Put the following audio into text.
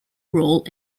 role